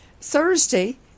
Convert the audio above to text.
Thursday